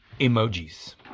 emojis